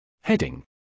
Heading